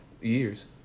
years